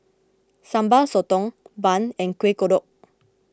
Sambal Sotong Bun and Kueh Kodok